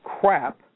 crap